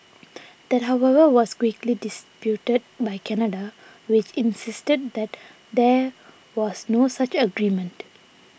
that however was quickly disputed by Canada which insisted that there was no such agreement